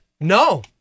No